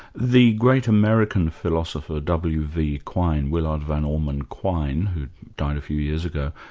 the great american philosopher, w. v. quine, willard van orman quine who died a few years ago,